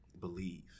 believe